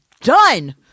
done